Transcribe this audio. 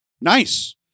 Nice